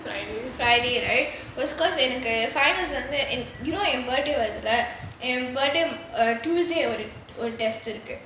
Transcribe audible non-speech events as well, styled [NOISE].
friday right was because எனக்கு:enakku finals வந்து:vanthu you know my birthday வருதுல:varuthula tuesday were tested [NOISE]